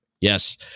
Yes